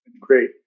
Great